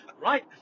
Right